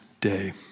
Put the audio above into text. day